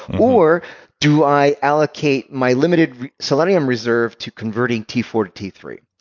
or do i allocate my limited selenium reserve to converting t four to t three?